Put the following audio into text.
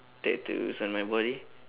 dared to sell my body